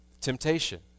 temptation